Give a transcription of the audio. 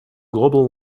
global